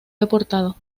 deportado